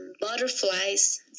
butterflies